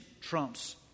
trumps